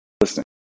listening